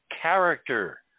character